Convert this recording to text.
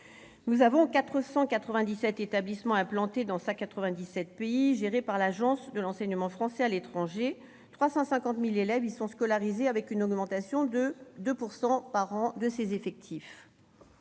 Nous avons 497 établissements implantés dans 197 pays, gérés par l'Agence pour l'enseignement français à l'étranger ; 350 000 élèves y sont scolarisés, avec une augmentation de 2 % par an de ces effectifs.